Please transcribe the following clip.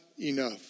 enough